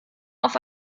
auf